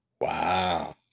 Wow